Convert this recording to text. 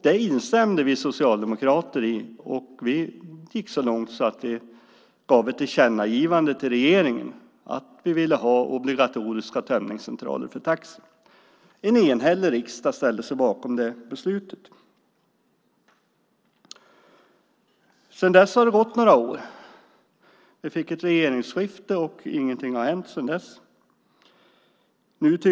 Det instämde vi socialdemokrater i, och vi gick så långt att vi gjorde ett tillkännagivande till regeringen om att vi ville ha obligatoriska tömningscentraler för taxi. En enhällig riksdag ställde sig bakom det beslutet. Det har nu gått några år. Vi fick ett regeringsskifte, och sedan dess har ingenting hänt.